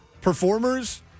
performers